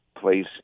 place